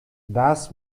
das